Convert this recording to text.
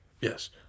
Yes